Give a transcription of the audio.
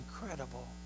incredible